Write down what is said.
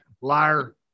liar